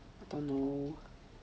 don't know